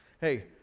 hey